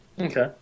Okay